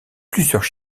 plusieurs